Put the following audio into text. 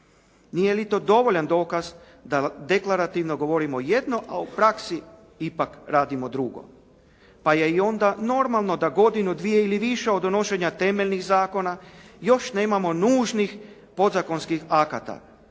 Nije li to dovoljan dokaz da deklarativno govorimo jedno, a u praksi ipak radimo drugo. Pa je i onda normalno da godinu, dvije ili više od donošenja temeljnih zakona još nemamo nužnih podzakonskih akata,